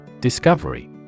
Discovery